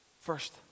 First